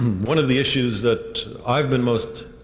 one of the issues that i've been most